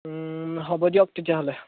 হ'ব দিয়ক তেতিয়াহ'লে